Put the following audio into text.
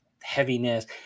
heaviness